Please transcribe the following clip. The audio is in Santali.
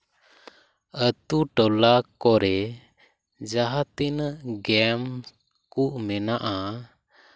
ᱟᱹᱛᱩᱼᱴᱚᱞᱟ ᱠᱚᱨᱮ ᱡᱟᱦᱟᱸ ᱛᱤᱱᱟᱹᱜ ᱜᱮᱢ ᱠᱚ ᱢᱮᱱᱟᱜᱼᱟ